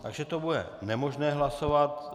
Takže to bude nemožné hlasovat.